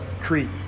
Crete